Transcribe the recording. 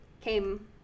came